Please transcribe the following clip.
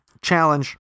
challenge